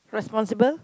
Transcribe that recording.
responsible